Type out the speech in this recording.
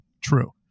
true